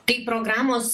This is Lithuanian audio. tai programos